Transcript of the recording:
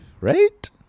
right